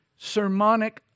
sermonic